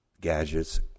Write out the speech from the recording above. gadgets